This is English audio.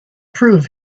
prove